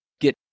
get